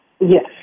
Yes